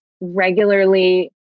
regularly